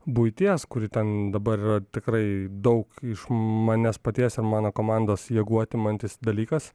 buities kuri ten dabar tikrai daug iš manęs paties ir mano komandos jėgų atimantis dalykas